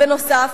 בנוסף,